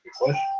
question